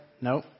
no